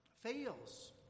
fails